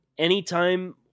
Anytime